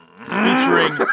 Featuring